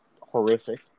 horrific